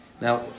Now